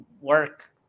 work